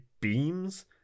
beams